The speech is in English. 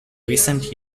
recent